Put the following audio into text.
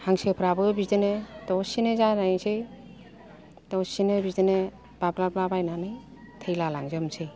हांसोफ्राबो बिदिनो दसेनो जानोसै दसेनो बिदिनो बाब्राबलाबायनानै थैलालांजोबसै